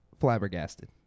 flabbergasted